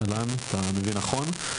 אתה מבין נכון.